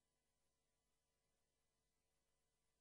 שאת